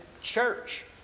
church